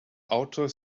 outdoor